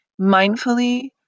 mindfully